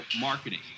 marketing